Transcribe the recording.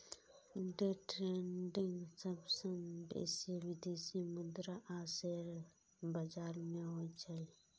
day trading सबसं बेसी विदेशी मुद्रा आ शेयर बाजार मे होइ छै